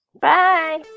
Bye